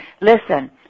listen